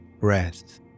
breath